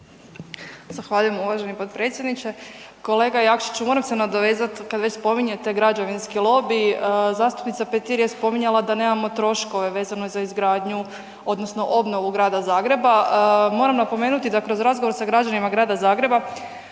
Zahvaljujem uvaženi potpredsjedniče. Kolega Jakšiću, moram se nadovezati kad već spominjete građevinski lobi. Zastupnica Petir je spominjala da nemamo troškove vezano za izgradnju odnosno obnovu grada Zagreba. Moram napomenuti, da kroz razgovor sa građanima grada Zagreba,